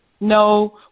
No